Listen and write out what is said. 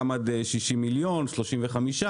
גם עד 60,000,000 ₪ 35%,